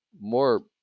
more